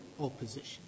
opposition